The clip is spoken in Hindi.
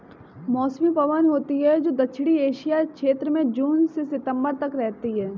मौसमी पवन होती हैं, जो दक्षिणी एशिया क्षेत्र में जून से सितंबर तक रहती है